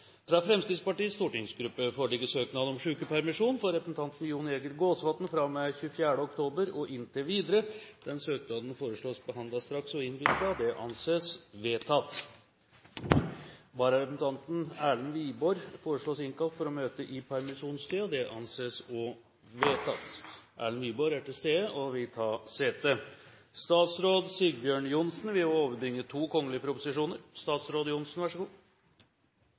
Fra Fremskrittspartiets stortingsgruppe foreligger søknad om sykepermisjon for representanten Jon Jæger Gåsvatn fra og med 24. oktober og inntil videre. Etter forslag fra presidenten ble enstemmig besluttet: Søknaden behandles straks og innvilges. Vararepresentanten, Erlend Wiborg, innkalles for å møte i permisjonstiden. Erlend Wiborg er til stede og vil ta sete. Representanten Robert Eriksson vil